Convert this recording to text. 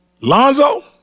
Lonzo